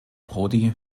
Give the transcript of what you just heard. prodi